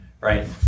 right